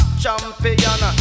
champion